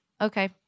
Okay